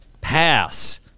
Pass